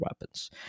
weapons